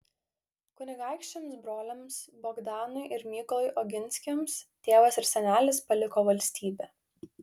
kunigaikščiams broliams bogdanui ir mykolui oginskiams tėvas ir senelis paliko valstybę